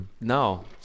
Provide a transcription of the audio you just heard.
No